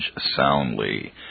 soundly